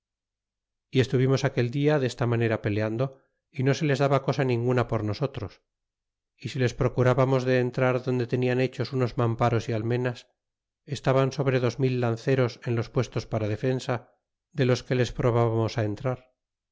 y estuvimos aquel dia desta manera peleando y no se les daba cosa ninguna por nosotros y si les procurábamos de entrar donde tenian hechos unos mamparos y almenas estaban sobre dos mil lanceros en los puestos para defensa de los que les probábamos á entrar